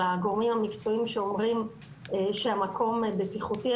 הגורמים המקצועיים שאומרים שהמקום בטיחותי.